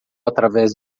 através